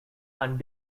and